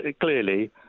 clearly